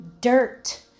dirt